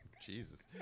jesus